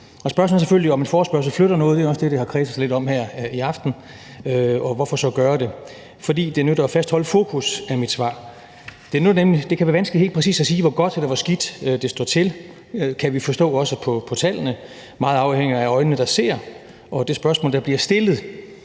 Og spørgsmålet er selvfølgelig, om en forespørgsel flytter noget – det er også det, vi har kredset lidt om her i aften – og hvorfor så gøre det? Fordi det nytter at fastholde fokus, er mit svar. Det kan være vanskeligt helt præcist at sige, hvor godt eller hvor skidt det står til, kan vi også forstå på tallene. Meget afhænger af øjnene, der ser, og det spørgsmål, der bliver stillet.